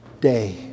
day